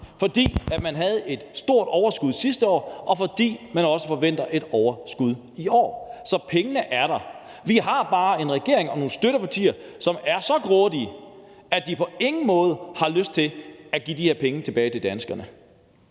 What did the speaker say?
fordi man havde et stort overskud sidste år, og fordi man også forventer et overskud i år. Så pengene er der. Vi har bare en regering og nogle støttepartier, som er så grådige, at de på ingen måde har lyst til at give de her penge tilbage til danskerne.